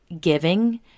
giving